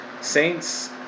Saints